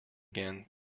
again